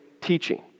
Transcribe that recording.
teaching